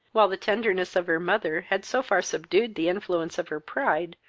while the tenderness of her mother had so far subdued the influence of her pride,